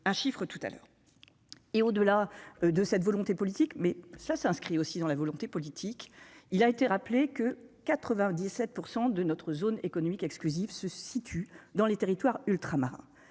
un chiffre tout à l'heure, et au-delà de cette volonté politique, mais cela s'inscrit aussi dans la volonté politique, il a été rappelé que 97 % de notre zone économique exclusive, se situe dans les territoires ultramarins